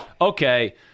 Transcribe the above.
Okay